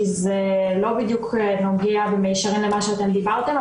כי זה לא בדיוק נוגע במישרין למה שאתם דיברתם,